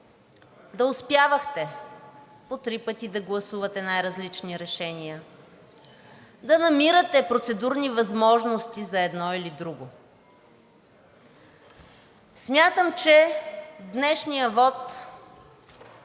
да успявахте по три пъти да гласувате най-различни решения, да намирате процедурни възможности за едно или друго. Смятам, че днешният вот